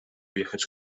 jechać